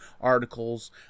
articles